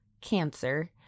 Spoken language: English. cancer